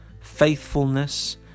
faithfulness